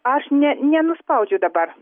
aš ne nenuspaudžiu dabar